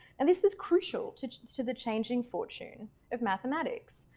and this was crucial to to the changing fortune of mathematics.